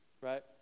right